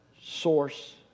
source